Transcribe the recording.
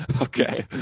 okay